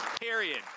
period